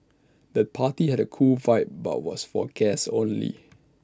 the party had A cool vibe but was for guests only